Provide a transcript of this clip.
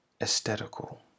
aesthetical